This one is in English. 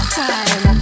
time